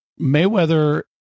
Mayweather